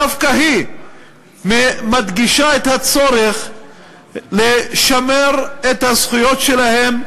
דווקא היא מדגישה את הצורך לשמר את הזכויות שלהם,